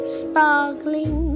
sparkling